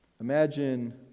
Imagine